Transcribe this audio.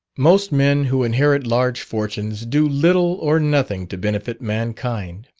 most men who inherit large fortunes, do little or nothing to benefit mankind.